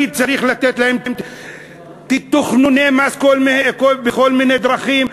אני צריך לתת להם תכנוני מס בכל מיני דרכים,